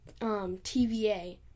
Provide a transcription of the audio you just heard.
TVA